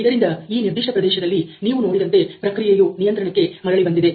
ಇದರಿಂದ ಈ ನಿರ್ದಿಷ್ಟ ಪ್ರದೇಶದಲ್ಲಿ ನೀವು ನೋಡಿದಂತೆ ಪ್ರಕ್ರಿಯೆಯು ನಿಯಂತ್ರಣಕ್ಕೆ ಮರಳಿ ಬಂದಿದೆ